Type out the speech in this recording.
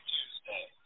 Tuesday